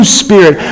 spirit